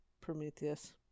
Prometheus